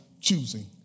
choosing